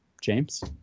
James